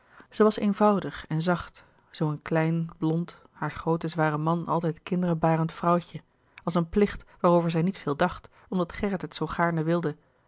zij was eenvoudig en zacht zoo een klein blond haar grooten zwaren man altijd kinderen barend vrouwtje als een plicht waarover zij niet veel dacht omdat gerrit het zoo gaarne wilde